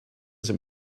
does